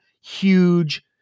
huge